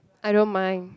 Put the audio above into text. I don't mind